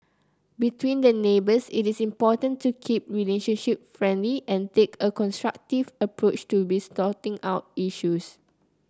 between the neighbours it is important to keep relationship friendly and take a constructive approach to sorting out issues